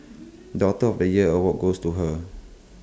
daughter of the year award goes to her